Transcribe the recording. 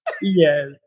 Yes